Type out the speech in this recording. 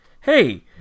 Hey